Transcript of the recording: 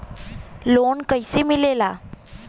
Loan कईसे मिलेला?